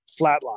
flatline